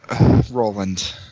roland